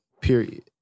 Period